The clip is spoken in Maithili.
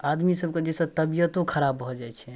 आदमीसभके जाहिसँ तबिअतो खराब भऽ जाइ छै